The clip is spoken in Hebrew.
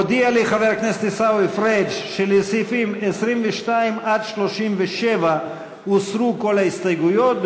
הודיע לי חבר הכנסת עיסאווי פריג' שלסעיפים 22 37 הוסרו כל ההסתייגויות,